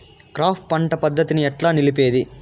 Crop పంట పద్ధతిని ఎట్లా నిలిపేది?